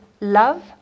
love